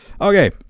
Okay